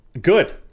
good